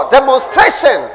Demonstration